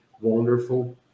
wonderful